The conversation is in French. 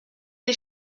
les